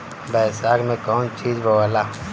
बैसाख मे कौन चीज बोवाला?